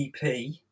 EP